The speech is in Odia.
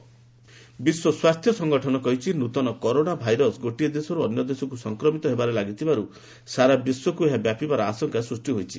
ଡବ୍ୟୁଏଚ୍ଓ ଭାଇରସ୍ ବିଶ୍ୱ ସ୍ୱାସ୍ଥ୍ୟ ସଂଗଠନ କହିଛି ନ୍ତନ କରୋନା ଭାଇରସର ଗୋଟିଏ ଦେଶରୁ ଅନ୍ୟ ଦେଶକୁ ସଂକ୍ରମିତ ହେବାରେ ଲାଗିଥିବାରୁ ସାରା ବିଶ୍ୱକୁ ବ୍ୟାପିବାର ଆଶଙ୍କା ସ୍କଷ୍ଟି ହୋଇଛି